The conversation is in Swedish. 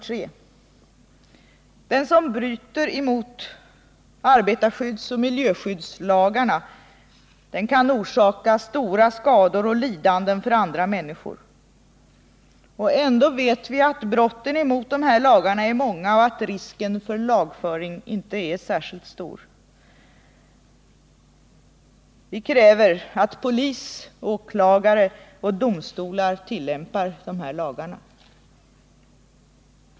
3; Den som bryter mot arbetarskyddsoch miljöskyddslagarna kan orsaka stora skador och lidanden för andra människor. Ändä vet vi att brotten mot dessa lagar är många och att risken för lagföring inte är särskilt stor. Vi kräver att polis, åklagare och domstolar tillämpar dessa lagar.